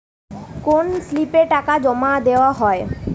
কোন স্লিপে টাকা জমাদেওয়া হয়?